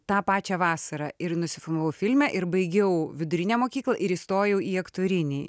tą pačią vasarą ir nusifilmavau filme ir baigiau vidurinę mokyklą ir įstojau į aktorinį